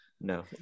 no